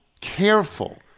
careful